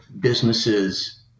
businesses